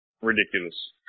ridiculous